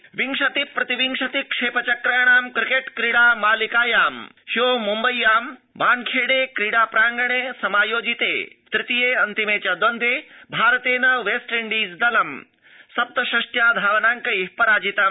cricket विंशति प्रतिविंशति क्षेप चक्राणां क्रिकेट क्रीडा मालिकायां ह्यो मुम्बय्यां वानखेड़े क्रीडांगणे समायोजिते तृतीये अन्तिमे च द्रन्द्रे भारतेन वेस्ट इण्डीज दलं सप्त षष्ट्या धावनांकै पराजितम्